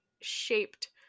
shaped